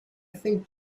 think